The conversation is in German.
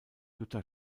jutta